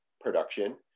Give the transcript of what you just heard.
production